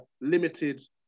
limited